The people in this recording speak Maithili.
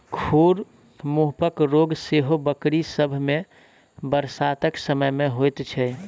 खुर मुँहपक रोग सेहो बकरी सभ मे बरसातक समय मे होइत छै